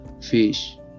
fish